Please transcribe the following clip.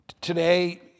today